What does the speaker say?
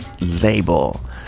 label